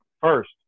first